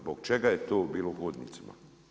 Zbog čega je to bilo u hodnicima?